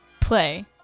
play